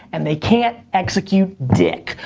and they can't execute dick.